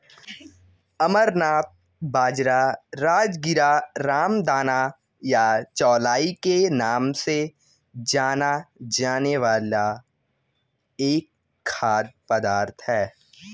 अमरनाथ बाजरा, राजगीरा, रामदाना या चौलाई के नाम से जाना जाने वाला एक खाद्य पदार्थ है